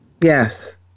Yes